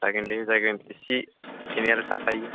जागोन दे जागोन एसे एनैआलाय थाखायो